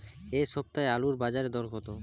এ সপ্তাহে আলুর বাজারে দর কত?